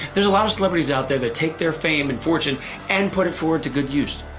there's a lot of celebrities out there that take their fame and fortune and put it forward to good use.